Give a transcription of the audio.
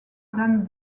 than